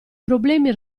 problemi